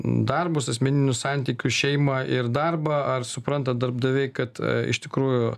darbus asmeninius santykius šeimą ir darbą ar supranta darbdaviai kad iš tikrųjų